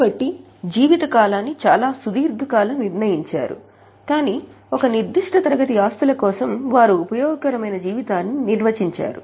కాబట్టి జీవిత కాలాన్ని చాలా సుదీర్ఘకాలం నిర్ణయించారు కానీ ఒక నిర్దిష్ట తరగతి ఆస్తుల కోసం వారు ఉపయోగకరమైన జీవితాన్ని నిర్వచించారు